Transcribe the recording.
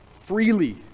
Freely